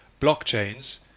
blockchains